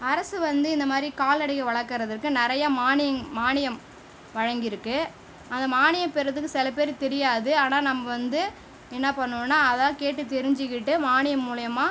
அரசு வந்து இந்த மாரி கால்நடைகள் வளர்க்குறதுக்கு நிறைய மானியங் மானியம் வழங்கிருக்கு அந்த மானியம் பெறுறதுக்கு சில பேருக்கு தெரியாது ஆனால் நம்ப வந்து என்ன பண்ணணுன்னா அதா கேட்டு தெரிஞ்சிக்கிட்டு மானியம் மூலியமாக